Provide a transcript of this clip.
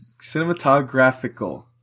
cinematographical